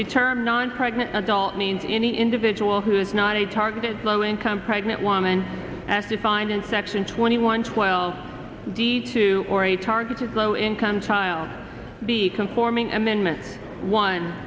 the term non pregnant adult means any individual who is not a targeted low income pregnant woman as defined in section twenty one twelve deed to or a targeted low income child be conforming amendment one